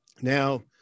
now